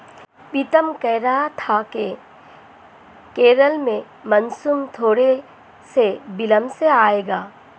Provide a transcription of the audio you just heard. पीतम कह रहा था कि केरल में मॉनसून थोड़े से विलंब से आएगा